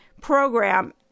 program